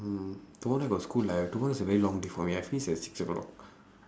mm tomorrow got school lah tomorrow is a very long day for me I finish at six o'clock